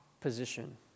position